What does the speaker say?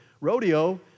rodeo